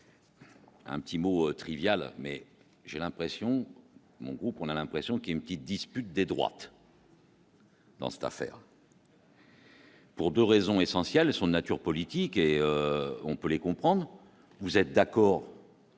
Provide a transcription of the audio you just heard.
Un petit mot trivial, mais j'ai l'impression groupe on a l'impression qu'il ne qui dispute des droites. Donc c'est un fait. Pour 2 raisons essentielles sont de nature politique et on peut les comprendre, vous êtes d'accord.